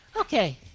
Okay